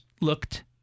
looked